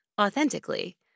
authentically